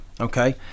okay